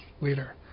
leader